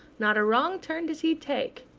not a wrong turn does he take!